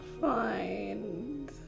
Fine